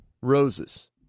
roses